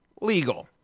legal